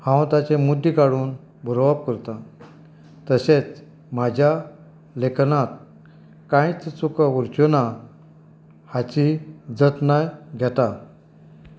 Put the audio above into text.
हांव ताचे मुद्दे काडून बरोवप करता तशेंच म्हाज्या लेखनांत कांयच चुको उरच्यो ना हाची जतनाय घेता